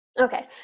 Okay